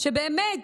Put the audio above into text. שבאמת